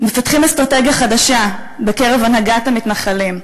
מפתחים אסטרטגיה חדשה בקרב הנהגת המתנחלים.